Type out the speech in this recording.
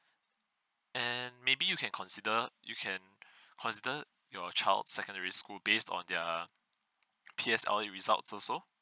and maybe you can consider you can consider your child secondary school based on their P_S_L_E results also